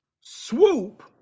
Swoop